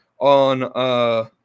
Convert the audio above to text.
on